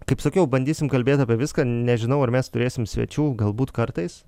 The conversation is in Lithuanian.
kaip sakiau bandysim kalbėt apie viską nežinau ar mes turėsim svečių galbūt kartais